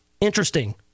Interesting